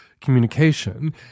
communication